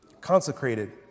Consecrated